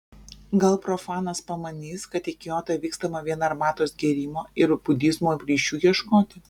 gal profanas pamanys kad į kiotą vykstama vien arbatos gėrimo ir budizmo ryšių ieškoti